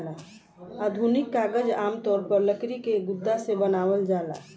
आधुनिक कागज आमतौर पर लकड़ी के गुदा से बनावल जाला